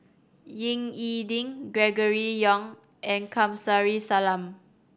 Ying E Ding Gregory Yong and Kamsari Salam